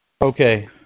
Okay